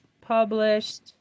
published